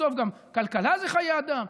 בסוף גם כלכלה זה חיי אדם.